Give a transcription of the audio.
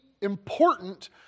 important